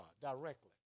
directly